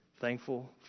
thankful